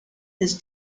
his